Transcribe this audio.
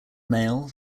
mail